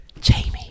Jamie